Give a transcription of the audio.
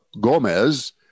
Gomez